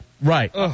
Right